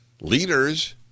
Leaders